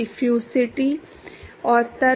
PR1 PR two वगैरह